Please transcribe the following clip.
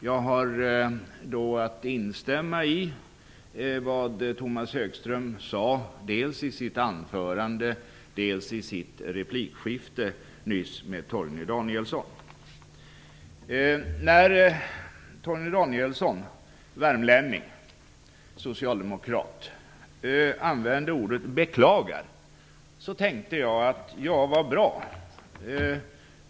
Jag har då att instämma i vad Tomas Högström sade dels i sitt anförande, dels i sitt replikskifte nyss med Torgny Danielsson, värmlänning och socialdemokrat, använde ordet "beklagar", och jag tänkte då: Så bra!